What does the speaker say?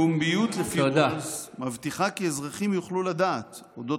"פומביות לפי רולס מבטיחה כי אזרחים יוכלו לדעת אודות